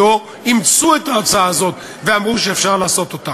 אימצו את ההצעה הזאת ואמרו שאפשר לעשות אותה.